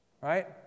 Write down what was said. Right